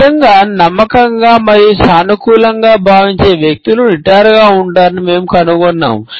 నిజంగా నమ్మకంగా మరియు సానుకూలంగా భావించే వ్యక్తులు నిటారుగా ఉంటారని మేము కనుగొన్నాము